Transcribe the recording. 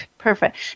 Perfect